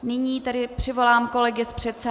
Nyní tedy přivolám kolegy z předsálí.